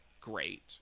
Great